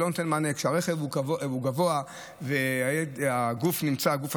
זה לא נותן מענה כשהרכב הוא גבוה והגוף הזר,